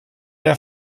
der